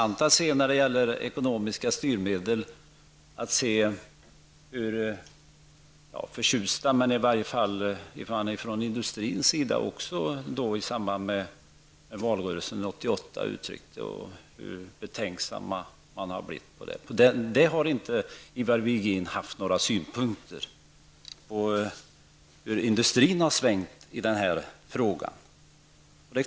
När det gäller ekonomiska styrmedel är det intressant att se hur man från industrins sida uttryckte sig i valrörelsen 1988 och hur betänksam man sedan har blivit. På det har Ivar Virgin inte haft några synpunkter. Industrin har alltså svängt i den här frågan.